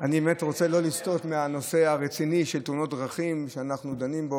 אני לא רוצה לסטות מהנושא הרציני של תאונות הדרכים שאנחנו דנים בו,